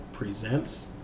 Presents